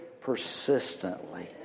persistently